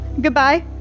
Goodbye